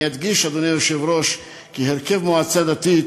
אני אדגיש, אדוני היושב-ראש, כי הרכב מועצה דתית